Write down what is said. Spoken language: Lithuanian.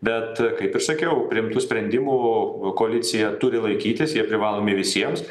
bet kaip ir sakiau priimtų sprendimų koalicija turi laikytis jie privalomi visiems